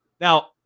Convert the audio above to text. Now